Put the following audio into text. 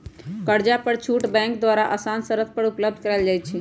कर्जा पर छुट बैंक द्वारा असान शरत पर उपलब्ध करायल जाइ छइ